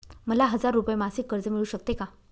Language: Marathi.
मला हजार रुपये मासिक कर्ज मिळू शकते का?